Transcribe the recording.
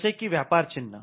जसे की व्यापार चिन्ह